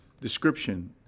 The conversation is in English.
description